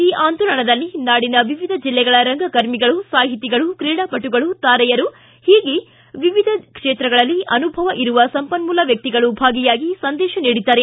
ಈ ಆಂದೋಲನದಲ್ಲಿ ನಾಡಿನ ವಿವಿಧ ಜಿಲ್ಲೆಗಳ ರಂಗಕರ್ಮಿಗಳು ಸಾಹಿತಿಗಳು ತ್ರೀಡಾಪಟುಗಳು ತಾರೆಯರು ಹೀಗೆ ವಿವಿಧ ಕ್ಷೇತ್ರಗಳಲ್ಲಿ ಅನುಭವ ಇರುವ ಸಂಪನ್ಮೂಲ ವ್ಯಕ್ತಿಗಳು ಭಾಗಿಯಾಗಿ ಸಂದೇಶ ನೀಡಿದ್ದಾರೆ